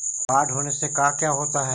बाढ़ होने से का क्या होता है?